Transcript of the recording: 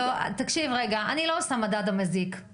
תקשיב רגע, אני לא עושה מדד המזיק.